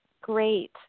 Great